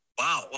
wow